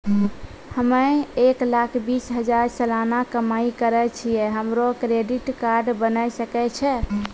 हम्मय एक लाख बीस हजार सलाना कमाई करे छियै, हमरो क्रेडिट कार्ड बने सकय छै?